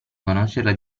conoscerla